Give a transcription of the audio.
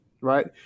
Right